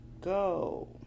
go